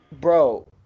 Bro